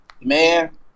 man